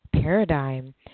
paradigm